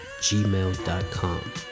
gmail.com